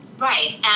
Right